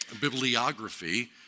Bibliography